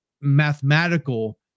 mathematical